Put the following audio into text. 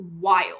wild